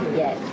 yes